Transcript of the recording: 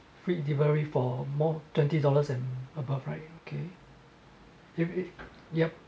free delivery for more twenty dollars and above right okay if it yup